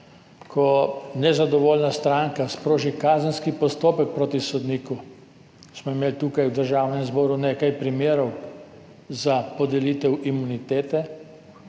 ko nezadovoljna stranka sproži kazenski postopek proti sodniku, smo imeli tukaj v Državnem zboru nekaj primerov za podelitev imunitete,